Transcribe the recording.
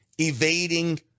Evading